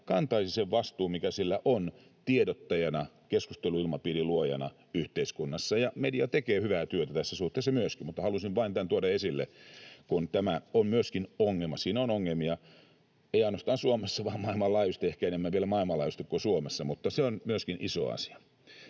kantaisi tästä sen vastuun, mikä sillä on tiedottajana ja keskusteluilmapiirin luojana yhteiskunnassa. Media tekee hyvää työtä tässä suhteessa myöskin, mutta halusin vain tämän tuoda esille, kun tämä on myöskin ongelma. Siinä on ongelmia, ei ainoastaan Suomessa vaan maailmanlaajuisesti, ja ehkä enemmän vielä maailmanlaajuisesti kuin Suomessa. Eli se on myöskin iso asia.